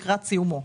לקראת סיומו